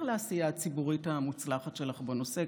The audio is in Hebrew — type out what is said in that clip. לעשייה הציבורית המוצלחת שלך בנושא,